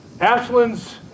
Ashland's